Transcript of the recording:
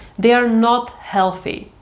they are not healthy.